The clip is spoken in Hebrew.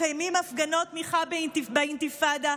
מקיימים הפגנות תמיכה באינתיפאדה,